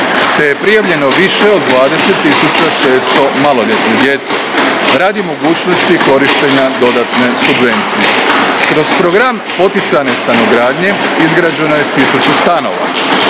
te je prijavljeno više od 20.600 maloljetne djece radi mogućnosti korištenja dodatne subvencije. Kroz Program poticane stanogradnje izgrađeno je tisuću stanova.